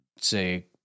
say